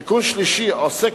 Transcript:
תיקון שלישי עוסק